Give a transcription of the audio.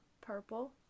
Purple